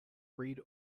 read